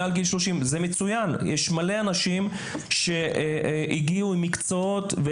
זה מצוין, יש הרבה אנשים שהגיעו עם מקצועות.